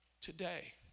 today